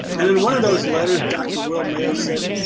and in one of those letters doctor will mayo said,